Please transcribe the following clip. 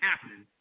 happening